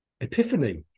epiphany